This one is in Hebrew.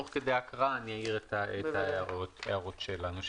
תוך כדי ההקראה אני אעיר את ההערות שלנו,